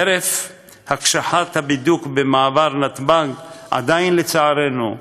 חרף הקשחת הבידוק במעבר נתב"ג עדיין יש, לצערנו,